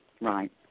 Right